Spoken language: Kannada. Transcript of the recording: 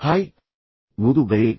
ಹಾಯ್ ಓದುಗರೇ